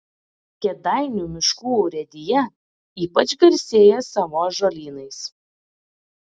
kėdainių miškų urėdija ypač garsėja savo ąžuolynais